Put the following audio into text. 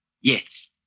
Yes